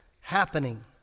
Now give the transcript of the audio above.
happening